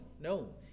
no